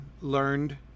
learned